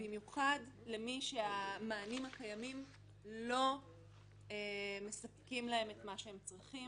במיוחד למי שהמענים הקיימים לא מספקים להם את מה שהם צריכים.